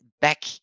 back